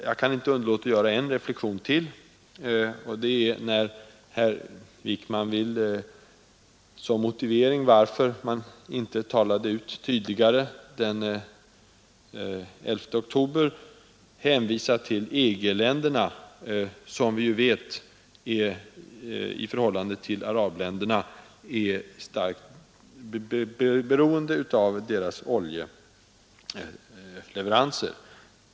Jag kan inte underlåta att göra ytterligare en reflexion, med anledning av att herr Wickman, som motivering till att han inte uttalade sig tydligare den 11 oktober, hänvisar till EG-ländernas hållning. Vi vet ju att dessa är starkt beroende av arabländernas oljeleveranser.